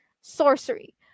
sorcery